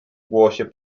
głosie